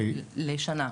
לשנה.